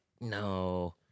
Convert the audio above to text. no